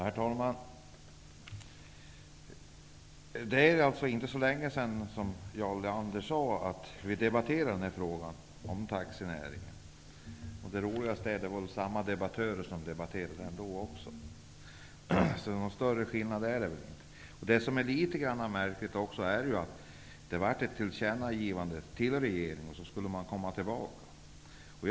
Herr talman! Det är inte så länge sedan vi debatterade frågan om taxinäringen, som Jarl Lander sade. Lustigt nog var det samma debattörer den gången också, så någon större skillnad i debatt blir det väl inte. Något märkligt är det att det blev ett tillkännagivande till regeringen och att regeringen därefter skulle återkomma.